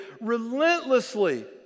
relentlessly